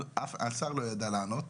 השר לא ידע לענות.